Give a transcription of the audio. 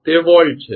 તે વોલ્ટ છે